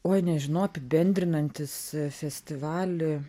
oi nežinau apibendrinantis festivalį